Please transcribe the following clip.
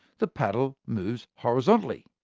the paddle moves horizontally.